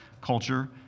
culture